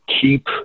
keep